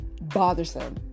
bothersome